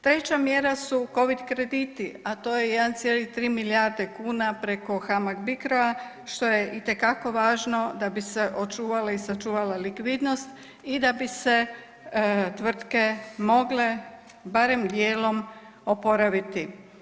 Treća mjera su covid krediti, a to je 1,3 milijarde kuna preko HAMAG BICRO-a što je itekako važno da bi se očuvala i sačuvala likvidnost i da bi se tvrtke mogle barem dijelom oporaviti.